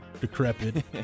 decrepit